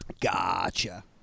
gotcha